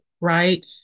right